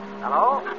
Hello